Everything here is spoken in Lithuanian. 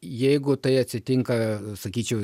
jeigu tai atsitinka sakyčiau